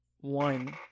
One